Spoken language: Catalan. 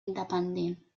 independent